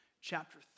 chapter